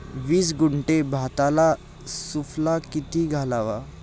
वीस गुंठे भाताला सुफला किती घालावा?